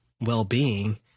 well-being